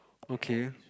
okay